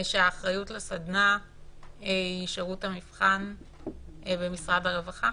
שהאחריות לסדנה היא של שירות המבחן ומשרד הרווחה?